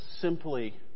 simply